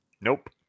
Nope